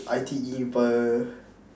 I_T_E